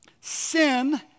Sin